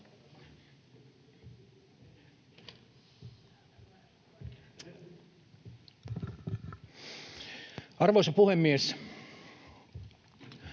Arvoisa puhemies!